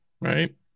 right